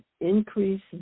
increase